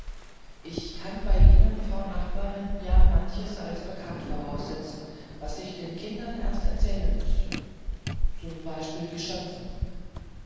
ich kann bei ihnen frau nachbarin ja manches als bekannt voraussetzen was ich den kindern erst erzählen müßte zum beispiel die schöpfung